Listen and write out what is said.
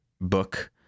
Book